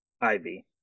Ivy